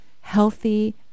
healthy